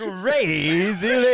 Crazy